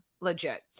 legit